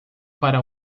para